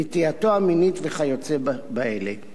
נטייתו המינית וכיוצא באלה.